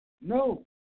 No